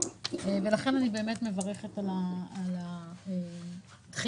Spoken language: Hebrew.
לכן אני מברכת על הדחייה.